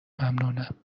ممنونم